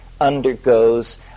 undergoes